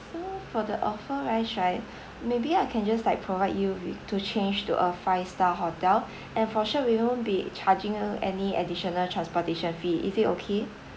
for the offer wise right maybe I can just like provide you with to change to a five star hotel and for sure we won't be charging you any additional transportation fee is it okay